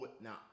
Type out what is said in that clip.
Now